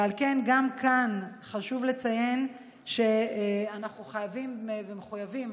ועל כך גם כאן חשוב לציין שאנחנו חייבים ומחויבים,